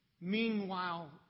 Meanwhile